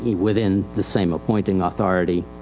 within the same appointing authority.